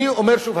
אני אומר שוב,